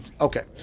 Okay